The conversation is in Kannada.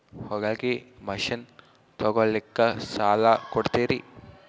ಹೊಲಗಿ ಮಷಿನ್ ತೊಗೊಲಿಕ್ಕ ಸಾಲಾ ಕೊಡ್ತಿರಿ?